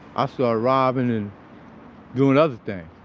ah so ah robbing and doing other things.